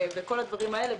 וכל הדברים האלה.